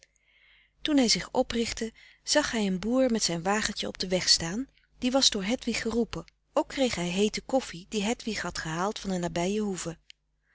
toen hij zich oprichtte zag hij een boer met zijn wagentje op den weg staan die was door hedwig geroepen ook kreeg hij heete koffie die hedwig had gehaald van een nabije hoeve